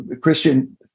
Christian